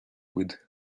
with